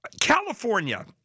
California